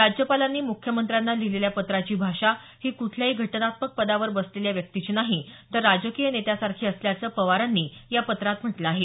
राज्यपालांनी मुख्यमंत्र्यांना लिहिलेल्या पत्राची भाषा ही कुठल्याही घटनात्मक पदावर बसलेल्या व्यक्तीची नाही तर राजकीय नेत्यासारखी असल्याचं पवारांनी या पत्रात म्हटलं आहे